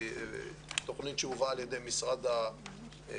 זו תוכנית שהובאה על ידי משרד החינוך,